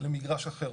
למגרש אחר.